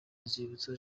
nzibutso